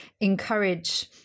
encourage